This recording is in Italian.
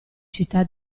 città